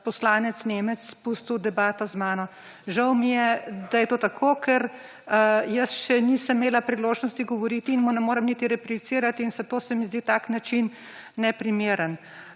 poslanec Nemec spustil v debato z mano. Žal mi je, da je to tako, ker jaz še nisem imela priložnosti govoriti in mu ne morem niti replicirati, zato se mi zdi tak način neprimeren.